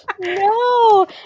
No